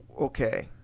Okay